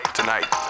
tonight